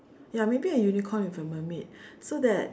ya maybe a unicorn with a mermaid so that